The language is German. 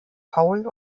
paul